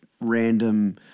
random